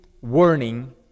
warning